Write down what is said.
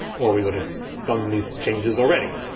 or we would have done these changes already.